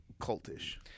Cultish